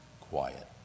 quiet